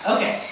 Okay